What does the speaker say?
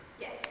Yes